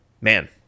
Man